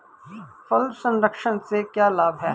फल संरक्षण से क्या लाभ है?